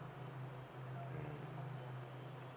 mm